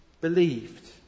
believed